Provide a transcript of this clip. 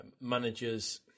managers